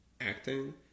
acting